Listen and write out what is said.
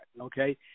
okay